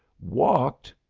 walked?